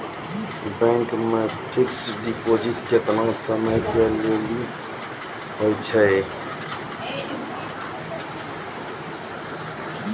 Bank मे fixed deposit केतना समय के लेली होय छै?